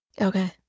Okay